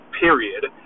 period